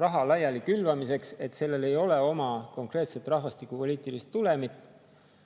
raha laiali külvamiseks, siis sellel ei ole oma konkreetset rahvastikupoliitilist tulemit,